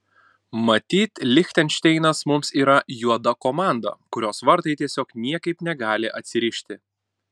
matyt lichtenšteinas mums yra juoda komanda kurios vartai tiesiog niekaip negali atsirišti